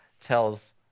tells